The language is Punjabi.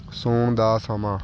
ਸੌਣ ਦਾ ਸਮਾਂ